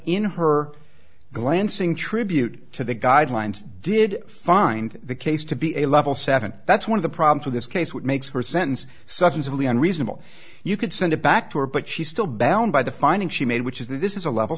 in her glancing tribute to the guidelines did find the case to be a level seven that's one of the problems with this case what makes her sentence suddenly and reasonable you could send it back to her but she still bound by the finding she made which is that this is a level